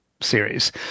series